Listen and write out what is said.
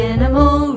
Animal